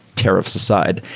tear-offs aside,